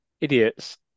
Idiots